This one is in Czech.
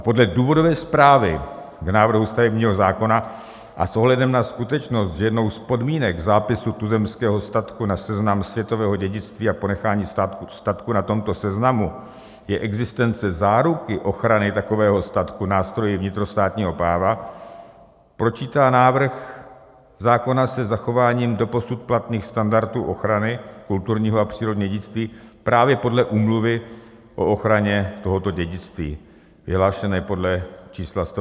Podle důvodové zprávy k návrhu stavebního zákona a s ohledem na skutečnost, že jednou z podmínek zápisu tuzemského statku na seznam světového dědictví a ponechání statku na tomto seznamu je existence záruky ochrany takového statku nástroji vnitrostátního práva, počítá návrh zákona se zachováním doposud platných standardů ochrany kulturního a přírodního dědictví právě podle úmluvy o ochraně tohoto dědictví, vyhlášené podle čísla 159/1991 Sb.